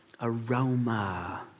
aroma